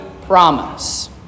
promise